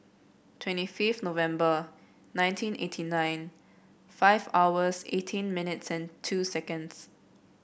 twenty five November nineteen eighty nine five hours eighteen minutes and two seconds